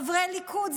חברי ליכוד,